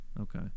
Okay